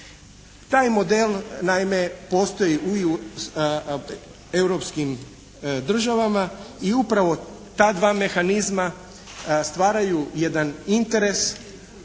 Taj model naime postoji u europskim državama i upravo ta dva mehanizma stvaraju jedan interes